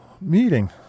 meeting